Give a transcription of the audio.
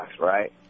right